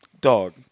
Dog